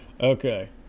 Okay